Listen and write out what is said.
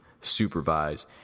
supervise